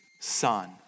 son